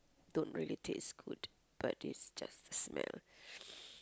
don't really taste good but it's just smell